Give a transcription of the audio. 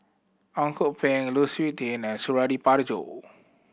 Ang Kok Peng Lu Suitin and Suradi Parjo